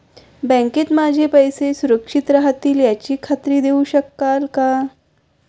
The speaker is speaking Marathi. बँकेत माझे पैसे सुरक्षित राहतील याची खात्री देऊ शकाल का?